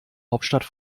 hauptstadt